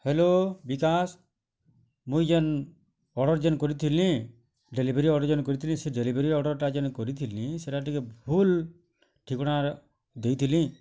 hello Bikash ମୁଇଁ ଯେନ୍ order ଯେନ୍ କରିଥିଲି ଡ଼େଲିଭରି ଅର୍ଡ଼ର୍ ଯେନ୍ କରିଥିଲିଁ ସେ ଡ଼େଲିଭରି ଅର୍ଡ଼ର୍ଟା ଯେନ୍ କରିଥିଲିଁ ସେଟା ଟିକେ ଭୁଲ୍ ଠିକଣା ଦେଇଥିଲିିଁ